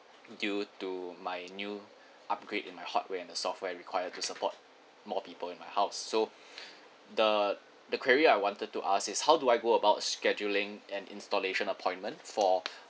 due to my new upgrade in my hardware and the software require to support more people in my house so the the quarry I wanted to ask is how do I go about scheduling an installation appointment for